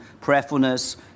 prayerfulness